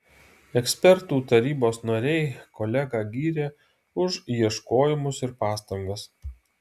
ekspertų tarybos nariai kolegą gyrė už ieškojimus ir pastangas